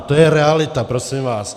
To je realita, prosím vás.